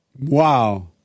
Wow